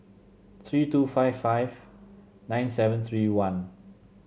three two five five nine seven three one